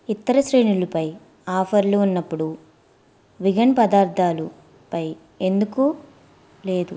ఇతర శ్రేణులు పై ఆఫర్లు ఉన్నప్పుడు విగన్ పదార్థాలు పై ఎందుకు లేదు